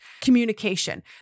communication